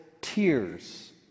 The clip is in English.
tears